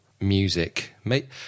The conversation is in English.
Music